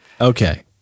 Okay